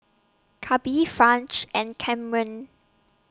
Clabe French and Kamren